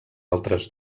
altres